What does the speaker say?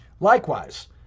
Likewise